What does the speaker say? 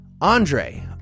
Andre